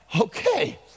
Okay